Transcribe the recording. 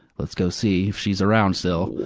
let's go see if she's around still.